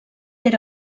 era